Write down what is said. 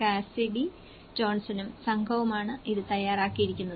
Cassidy ജോൺസണും സംഘവുമാണ് ഇത് തയ്യാറാക്കിയിരിക്കുന്നത്